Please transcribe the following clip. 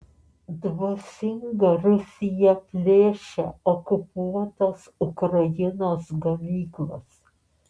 dvasinga rusija plėšia okupuotos ukrainos gamyklas